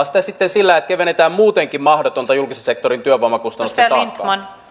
sitä sitten sillä että kevennetään muutenkin mahdotonta julkisen sektorin työvoimakustannusten taakkaa